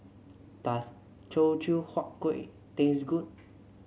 does Teochew Huat Kueh taste good